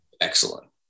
excellent